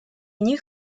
них